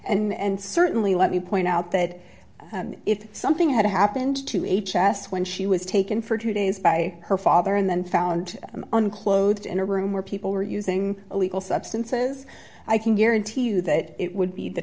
and certainly let me point out that if something had happened to h s when she was taken for two days by her father and then found unclothed in a room where people were using illegal substances i can guarantee you that it would be the